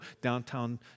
downtown